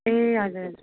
ए हजुर